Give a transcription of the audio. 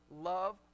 love